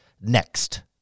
next